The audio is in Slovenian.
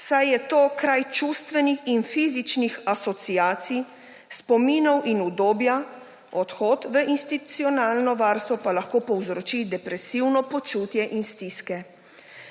saj je to kraj čustvenih in fizičnih asociacij, spominov in udobja, odhod v institucionalno varstvo pa lahko povzroči depresivno počutje in stiske